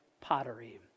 pottery